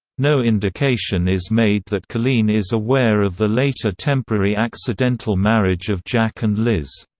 no indication is made that colleen is aware of the later temporary accidental marriage of jack and liz.